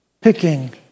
picking